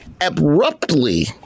abruptly